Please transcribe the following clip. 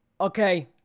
okay